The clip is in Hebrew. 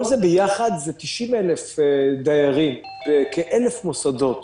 כל זה ביחד זה 90,000 דיירים בכ-1,000 מוסדות,